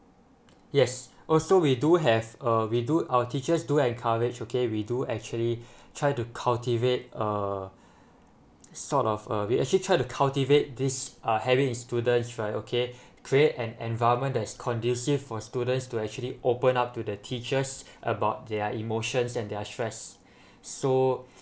yes also we do have uh we do our teachers do encourage okay we do actually try to cultivate uh sort of uh we actually tried to cultivate this ah habit in students right okay create an environment that's conducive for students to actually open up to the teachers about their emotions and their stress so